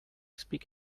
speak